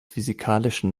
physikalischen